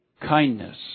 kindness